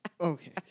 Okay